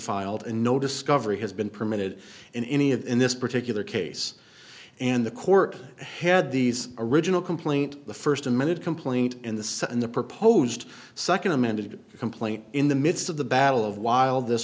filed and no discovery has been permitted in any of in this particular case and the court had these original complaint the first amended complaint in the second the proposed second amended complaint in the midst of the battle of while this